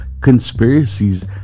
conspiracies